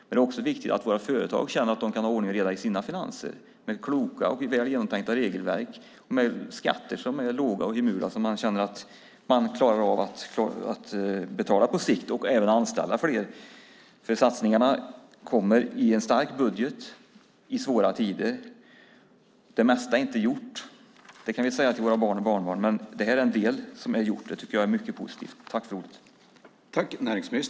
Men det är också viktigt att våra företag känner att de kan ha ordning och reda i sina finanser med kloka och väl genomtänkta regelverk och skatter som är låga och hemula så att de känner att de klarar av att betala på sikt och även anställa fler. Satsningarna kommer i en stark budget i svåra tider. Det mesta är inte gjort. Det kan vi säga till våra barn och barnbarn. Men en del är gjort, och det tycker jag är mycket positivt.